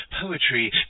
poetry